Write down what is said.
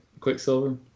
Quicksilver